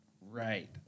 Right